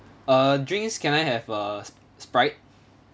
uh drinks can I have a Sprite